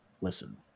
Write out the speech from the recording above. listen